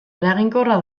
eraginkorra